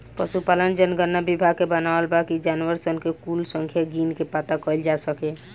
पसुपालन जनगणना विभाग के बनावल बा कि जानवर सन के कुल संख्या गिन के पाता कइल जा सके